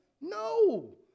No